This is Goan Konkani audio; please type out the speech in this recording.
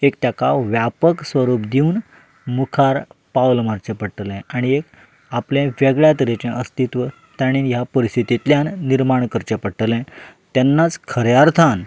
एक ताका व्यापक स्वरूप दिवन मुखार पावल मारचें पडटलें आनी एक आपलें वेगळ्या तरेचें अस्तित्व तांणेन ह्या परिस्थितींतल्यान निर्माण करचें पडटलें तेन्नाच खऱ्या अर्थान